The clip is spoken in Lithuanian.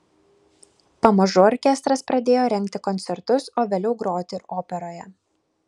pamažu orkestras pradėjo rengti koncertus o vėliau groti ir operoje